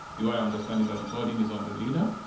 you are understanding that the burden is on the leader.